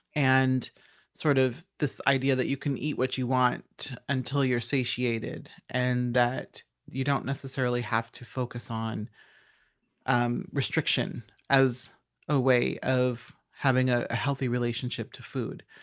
and sort of this idea that you can eat what you want until you're satiated and that you don't necessarily have to focus on um restriction as a way of having a healthy relationship to food.